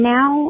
Now